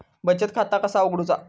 बचत खाता कसा उघडूचा?